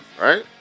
right